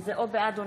דוד ביטן,